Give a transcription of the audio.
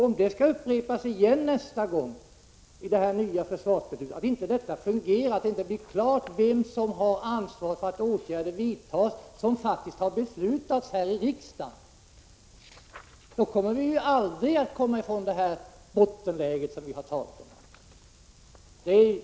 Om detta upprepas i samband med det nya försvarsbeslutet, så att det inte blir klart vem som har ansvaret för att åtgärder som faktiskt har beslutats här i riksdagen vidtas, kommer vi aldrig ut ur det bottenläge som vi här har talat om.